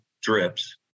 drips